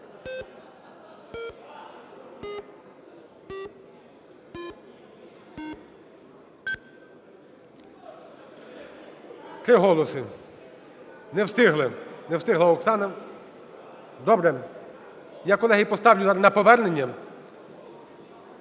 Три голоси. Не встигли. Не встигла Оксана. Добре, я, колеги, поставлю на повернення.